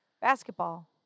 Basketball